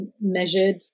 measured